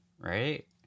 Right